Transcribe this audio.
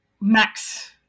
Max